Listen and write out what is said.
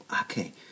Okay